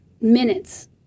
minutes